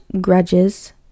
grudges